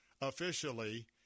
officially